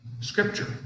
scripture